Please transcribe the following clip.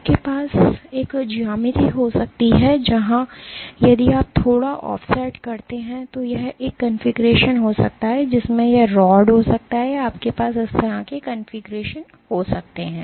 आपके पास एक ज्यामिति हो सकती है जहां यदि आप थोड़ा ऑफसेट करते हैं तो यह एक कॉन्फ़िगरेशन हो सकता है जिसमें यह रॉड हो सकता है या आपके पास इस तरह से कॉन्फ़िगरेशन हो सकता है